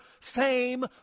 fame